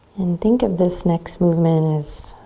and think of this next movement as